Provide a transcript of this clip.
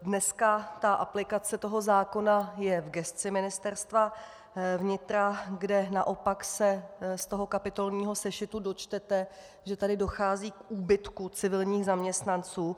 Dneska aplikace toho zákona je v gesci Ministerstva vnitra, kde naopak se z toho kapitolního sešitu dočtete, že tady dochází k úbytku civilních zaměstnanců.